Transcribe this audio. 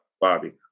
Bobby